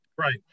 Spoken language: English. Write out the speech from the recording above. Right